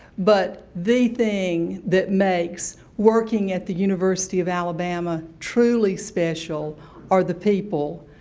but, the thing that makes working at the university of alabama truly special are the people.